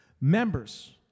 Members